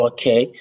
Okay